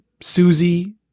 Susie